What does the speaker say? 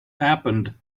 happened